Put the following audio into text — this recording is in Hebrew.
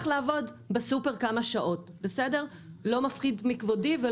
לעבוד בסופרמרקט כמה שעות זה לא מפחית מכבודי.